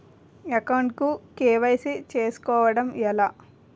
Account కు KYC చేసుకోవడం ఎలా?